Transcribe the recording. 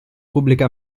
pubblica